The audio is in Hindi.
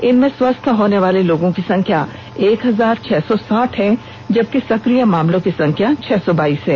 इनमें स्वस्थ होनेवाले लोगों की संख्या एक हजार छह सौ साठ है जबकि सक्रिय मामलों की संख्या छह सौ बाईस है